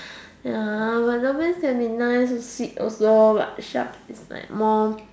ya but dolphins can be nice and feed also but sharks it's like more